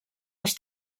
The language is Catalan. els